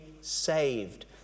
saved